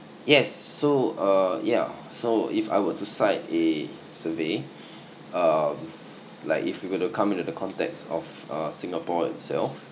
yes so err ya so if I were to cite a survey uh like if you were to come in the context of uh singapore itself